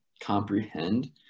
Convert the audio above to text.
comprehend